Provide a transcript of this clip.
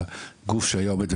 הגוף שהיה עובד,